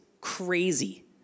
crazy